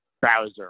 browser